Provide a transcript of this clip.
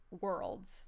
worlds